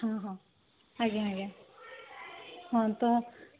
ହଁ ହଁ ଆଜ୍ଞା ଆଜ୍ଞା ହଁ ତ